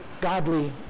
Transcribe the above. godly